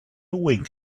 wink